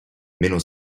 meno